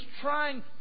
trying